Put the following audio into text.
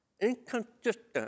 inconsistent